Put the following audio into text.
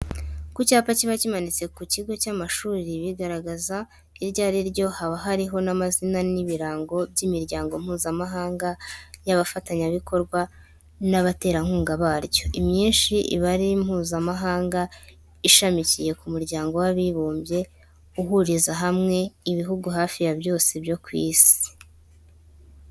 Ku cyapa kiba kimanitse ku kigo cy'amashuri bigaragaza iryo ari ryo, haba hariho n'amazina n'ibirango by'imiryango mpuzamahanga y'abafatanyabikorwa n'abaterankunga baryo; imyinshi iba ari mpuzamahanga ishamikiye ku muryango w'abibumbye, uhuriza hamwe ibihugu hafi ya byose byo ku isi.